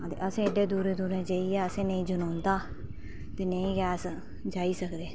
ते असें एड्डे दूरे दूरे जाइयै असें नेईं जनोंदा ते नेईं गै अस जाई सकदे